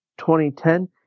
2010